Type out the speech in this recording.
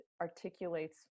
articulates